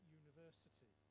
university